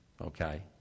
Okay